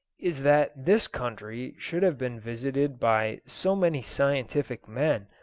is that this country should have been visited by so many scientific men,